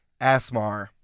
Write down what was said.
Asmar